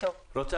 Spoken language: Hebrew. דוגמה